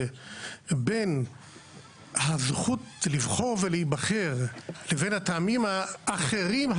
בין הזכות לבחור ולהיבחר לבין הטעמים האחרים,